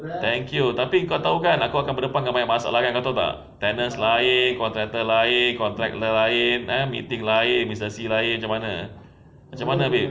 thank you tapi kau tahu kan aku akan berdepan dengan banyak masalah kan kau tahu tak tenants lain contractor lain contractor lain eh meeting lain B_S_C lain macam mana macam mana babe